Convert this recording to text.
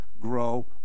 Grow